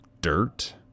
dirt